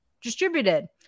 distributed